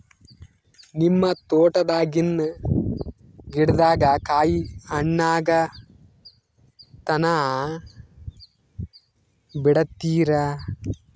ನಿಮ್ಮ ತೋಟದಾಗಿನ್ ಗಿಡದಾಗ ಕಾಯಿ ಹಣ್ಣಾಗ ತನಾ ಬಿಡತೀರ?